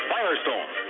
Firestone